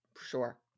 Sure